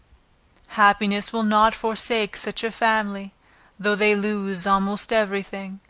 happiness will not forsake such a family though they lose almost every thing,